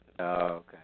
Okay